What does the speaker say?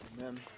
Amen